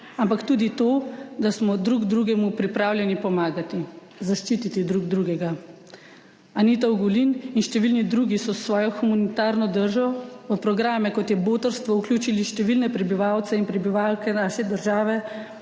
ampak tudi to, da smo drug drugemu pripravljeni pomagati, zaščititi drug drugega. Anita Ogulin in številni drugi so s svojo humanitarno držo v programe, kot je botrstvo, vključili številne prebivalce in prebivalke naše države,